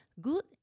good